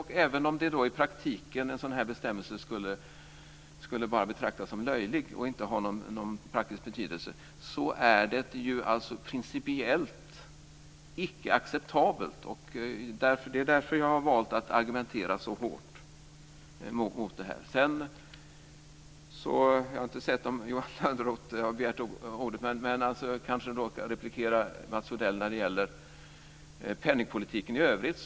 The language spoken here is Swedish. Och även om en sådan bestämmelse i praktiken bara skulle betraktas som löjlig och inte ha någon praktisk betydelse, så är det ju principiellt icke acceptabelt. Det är därför som jag har valt att argumentera så hårt mot detta. Jag vet inte om Johan Lönnroth har begärt ordet. Men jag ska replikera Mats Odell när det gäller penningpolitiken i övrigt.